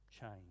change